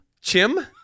Chim